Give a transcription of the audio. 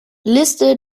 liste